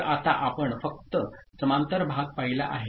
तर आत्ता आपण फक्त समांतर भार पाहिला आहे